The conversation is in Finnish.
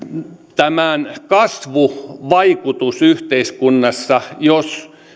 tämän kasvuvaikutus yhteiskunnassa jos